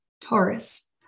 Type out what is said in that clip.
Taurus